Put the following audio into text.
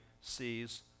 sees